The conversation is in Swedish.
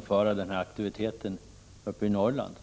för en viss aktivitet uppe i Norrland.